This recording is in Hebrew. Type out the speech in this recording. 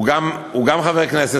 הוא גם חבר הכנסת,